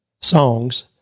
songs